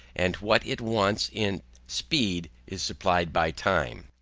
and what it wants in speed is supplied by time.